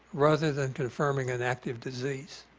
rather than confirming an active disease.